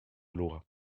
loi